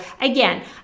again